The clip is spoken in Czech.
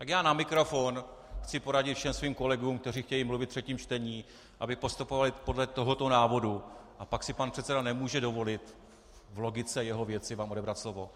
Tak já na mikrofon chci poradit všem svým kolegům, kteří chtějí mluvit ve třetím čtení, aby postupovali podle tohoto návodu, a pak si pan předseda nemůže dovolit v logice jeho věci vám odebrat slovo.